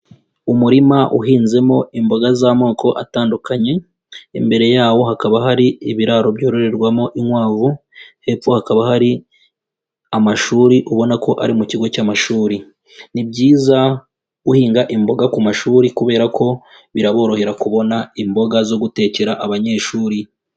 Umurima uhinzemo imboga z'amoko atandukanye, imbere yawo hakaba hari ibiraro byororerwamo inkwavu, hepfo hakaba hari amashuri ubona ko ari mu kigo cy'amashuri. Ni byiza guhinga imboga ku mashuri kubera ko biraborohera kubona imboga zo gutekera abanyeshuri.